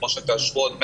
כמו שתאשרו עוד מעט,